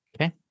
Okay